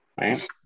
Right